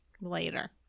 later